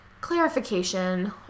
clarification